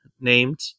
named